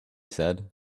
said